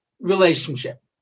relationship